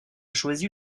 choisi